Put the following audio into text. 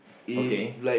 okay